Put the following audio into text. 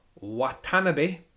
Watanabe